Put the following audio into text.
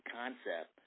concept